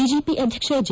BJP ಅಧ್ಯಕ್ಷ J